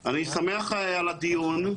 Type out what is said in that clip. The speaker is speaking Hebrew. אני שמח על הדיון,